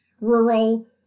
rural